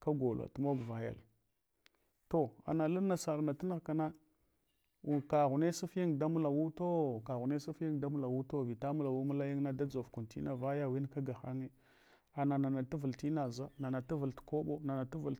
kagolo tumog vayal, to analan nasar na tumugh kana kaghune sufin damula wuto kaghune sufin damula wuto kaghune sufin damulawute vita mulawu mulayina d dʒov kun tina voya win kaga hange, ana nana tuvul tinaʒa, nana tuval tukwabo, nana tuvul.